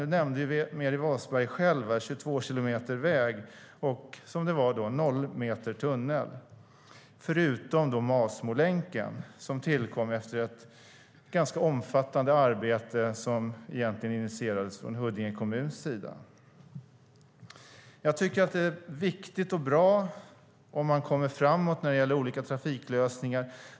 Nu nämnde Meeri Wasberg själv att det är 22 kilometer väg, och det är 0 meter tunnel, förutom Masmolänken, som tillkom efter ett ganska omfattande arbete som egentligen initierades från Huddinge kommuns sida. Det är viktigt och bra om man kommer framåt när det gäller olika trafiklösningar.